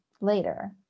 later